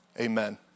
Amen